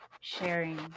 sharing